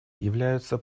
являются